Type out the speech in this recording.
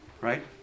right